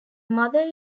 mother